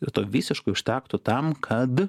ir to visiškai užtektų tam kad